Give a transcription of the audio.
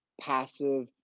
passive